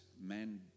man